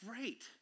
great